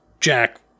Jack